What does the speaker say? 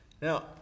Now